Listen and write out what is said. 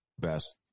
best